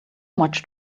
much